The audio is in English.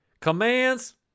Commands